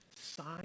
Sign